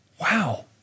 Wow